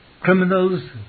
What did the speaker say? criminals